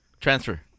Transfer